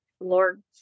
Lord